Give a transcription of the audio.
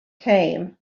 came